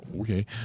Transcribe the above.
Okay